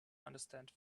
understand